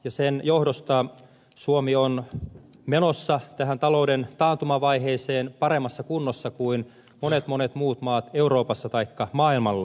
sen johdosta suomi on menossa tähän talouden taantumavaiheeseen paremmassa kunnossa kuin monet monet muut maat euroopassa taikka maailmalla